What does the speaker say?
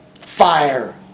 fire